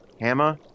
Hammer